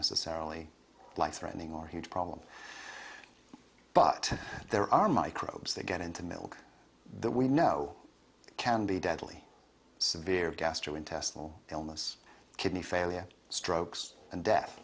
necessarily life threatening or a huge problem but there are microbes that get into milk that we know can be deadly severe gastrointestinal illness kidney failure strokes and death